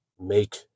make